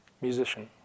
musician